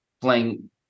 playing